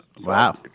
Wow